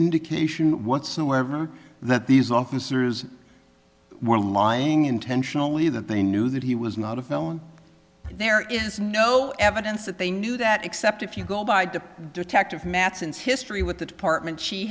indication whatsoever that these officers were lying intentionally that they knew that he was not a phone there is no evidence that they knew that except if you go by the detective matheson's history with the department she